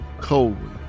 coldly